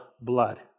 blood